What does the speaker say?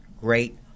great